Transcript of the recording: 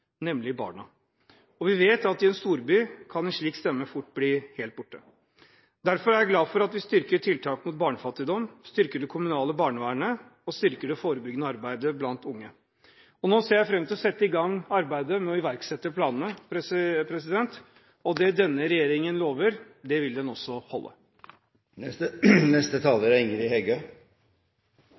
nemlig barna. Vi vet at i en storby kan en slik stemme fort bli helt borte. Derfor er jeg glad for at vi styrker tiltak mot barnefattigdom, styrker det kommunale barnevernet og styrker det forebyggende arbeidet blant unge. Nå ser jeg fram til å sette i gang arbeidet med å iverksette planene, og det denne regjeringen lover, vil den også